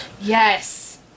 Yes